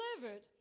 delivered